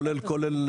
כולל,